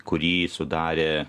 kurį sudarė